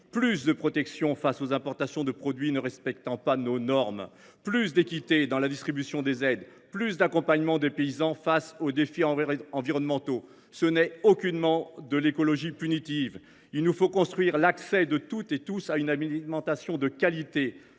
plus de protection face aux importations de produits ne respectant pas nos normes, plus d’équité dans la distribution des aides, plus d’accompagnement des paysans face aux défis environnementaux. Ce n’est aucunement de l’écologie punitive ! Il nous faut construire l’accès de toutes et tous à une alimentation de qualité,